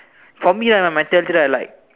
for me right my theory right like